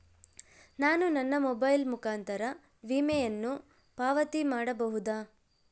ನಾನು ನನ್ನ ಮೊಬೈಲ್ ಮುಖಾಂತರ ವಿಮೆಯನ್ನು ಪಾವತಿ ಮಾಡಬಹುದಾ?